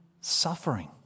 suffering